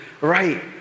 right